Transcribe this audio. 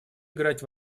играть